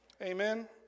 Amen